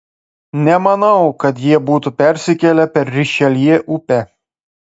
nemanau kad jie būtų persikėlę per rišeljė upę